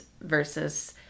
versus